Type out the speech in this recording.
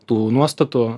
tų nuostatų